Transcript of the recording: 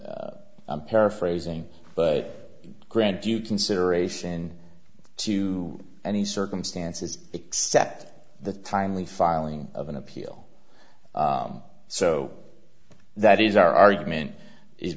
i'm paraphrasing but grant due consideration to any circumstances except the timely filing of an appeal so that is our argument is